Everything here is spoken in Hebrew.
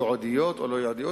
ייעודיות או לא ייעודיות,